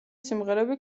სიმღერები